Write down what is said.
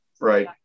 right